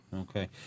Okay